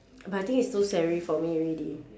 but I think it's too scary for me already